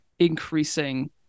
increasing